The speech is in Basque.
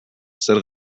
zer